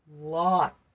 lot